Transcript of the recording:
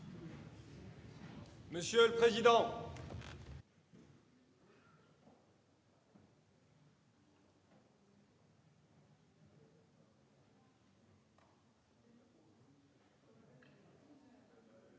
monsieur le président